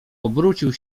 obrócił